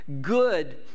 good